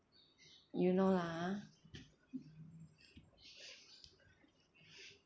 you know lah ah